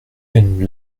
une